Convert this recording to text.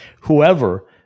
whoever –